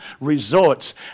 resorts